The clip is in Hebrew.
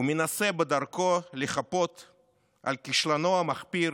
הוא מנסה, בדרכו, לחפות על כישלונו המחפיר